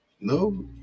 No